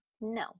No